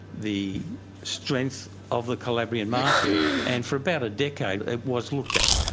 the strength of the calabrian mafia, and for about a decade it was looked at.